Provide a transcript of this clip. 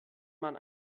man